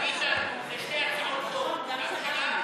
ביטן, אלה שתי הצעות חוק, שלה ושלי.